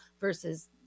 versus